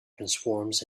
transforms